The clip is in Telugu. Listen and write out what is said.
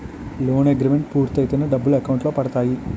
లోన్ అగ్రిమెంట్ పూర్తయితేనే డబ్బులు అకౌంట్ లో పడతాయి